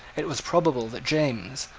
it was probable that james,